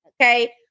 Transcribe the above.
okay